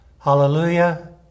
Hallelujah